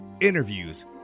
interviews